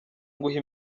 nguhe